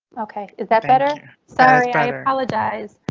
ok is that better? sorry, i apologize.